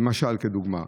לדוגמה,